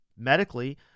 medically